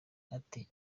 ati